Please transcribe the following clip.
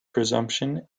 presumption